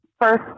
first